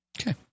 Okay